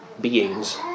beings